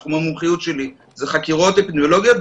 תחום המומחיות שלי זה חקירות אפידמיולוגיות,